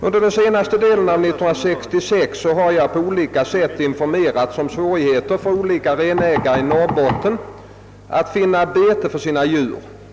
Under senare delen av 1966 har jag på olika sätt informerats om svårigheterna för vissa renägare i Norrbotten att finna bete för sina djur.